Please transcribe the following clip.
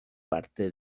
parte